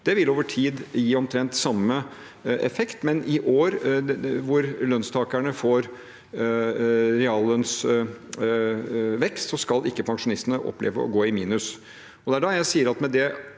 Det vil over tid gi omtrent samme effekt, men i år, når lønnsmottakerne får en reallønnsvekst, skal ikke pensjonistene oppleve å gå i minus.